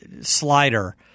slider